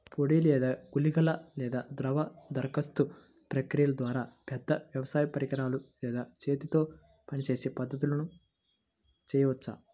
పొడి లేదా గుళికల లేదా ద్రవ దరఖాస్తు ప్రక్రియల ద్వారా, పెద్ద వ్యవసాయ పరికరాలు లేదా చేతితో పనిచేసే పద్ధతులను చేయవచ్చా?